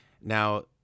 Now